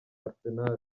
arsenal